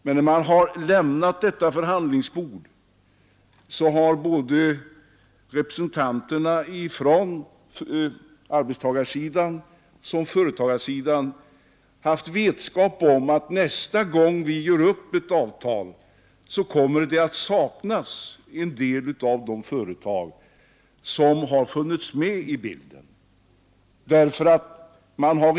När man lämnat detta förhandlingsbord har representanterna både från arbetstagarsidan och från företagarsidan haft vetskap om att nästa gång man gör upp ett avtal kommer en del av de företag som nu funnits med i bilden att saknas.